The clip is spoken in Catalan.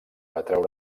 atreure